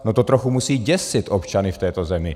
No to trochu musí děsit občany v této zemi.